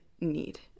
need